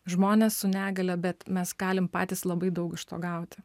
žmones su negalia bet mes galim patys labai daug iš to gauti